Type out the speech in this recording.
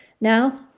Now